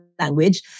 language